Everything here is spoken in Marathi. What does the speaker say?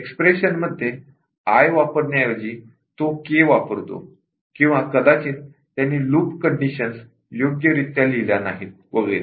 एक्सप्रेशनमध्ये आय वापरण्याऐवजी के वापरले किंवा कदाचित त्याने लूप कंडिशन्स योग्यरित्या लिहिल्या नाहीत वगैरे